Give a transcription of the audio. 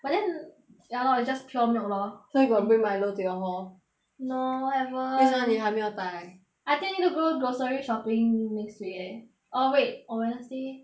but then ya lor it's just pure milk lor so you got bring milo to your hall no haven't 为什么你还没有带 I think need to go grocery shopping next week eh oh wait on wednesday